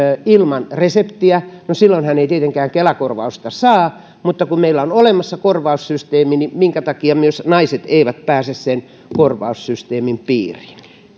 ilman reseptiä no silloinhan ei tietenkään kela korvausta saa mutta kun meillä on olemassa korvaussysteemi niin minkä takia myös naiset eivät pääse sen korvaussysteemin piiriin